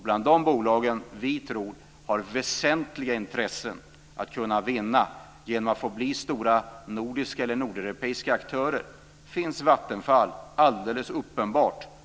Bland de bolag som vi tror har väsentliga intressen att vinna genom att få bli stora nordiska eller nordeuropeiska aktörer finns Vattenfall alldeles uppenbart.